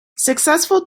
successful